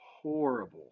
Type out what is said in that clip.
horrible